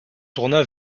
tourna